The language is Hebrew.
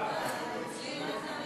אצלי זה לא נתן